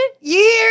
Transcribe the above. years